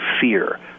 fear